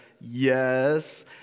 yes